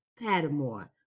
Padmore